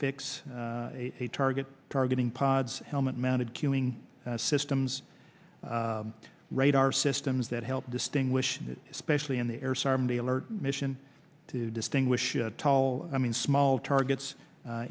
fix target targeting pods helmet mounted queuing systems radar systems that help distinguish especially in the air some the alert mission to distinguish tall i mean small targets